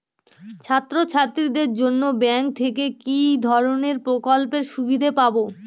ছাত্রছাত্রীদের জন্য ব্যাঙ্ক থেকে কি ধরণের প্রকল্পের সুবিধে পাবো?